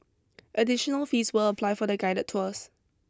additional fees will apply for the guided tours